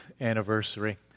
anniversary